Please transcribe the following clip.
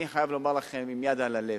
אני חייב לומר לכם עם יד על הלב: